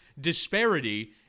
disparity